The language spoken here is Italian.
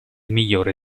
migliore